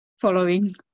following